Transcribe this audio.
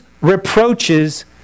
reproaches